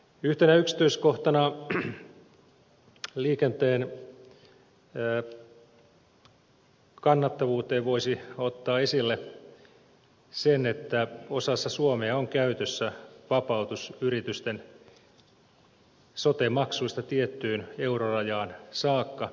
yhtenä yksityiskohtana liikenteen kannattavuudesta voisi ottaa esille sen että osassa suomea on käytössä vapautus yritysten sotemaksuista tiettyyn eurorajaan saakka